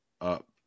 up